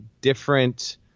different